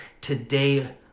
today